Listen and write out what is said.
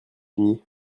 unis